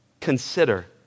consider